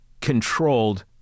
controlled